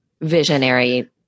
visionary